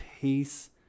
peace